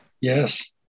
Yes